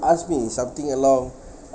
ask me something along